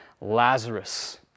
Lazarus